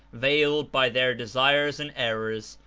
veiled by their desires and errors,